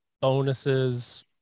bonuses